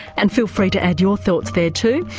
and feel free to add your thoughts there too.